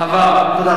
תודה רבה.